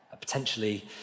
potentially